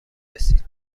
رسید